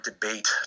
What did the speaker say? debate